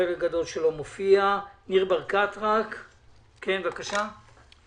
ניר ברקת, בבקשה.